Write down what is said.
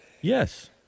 Yes